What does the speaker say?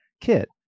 Kit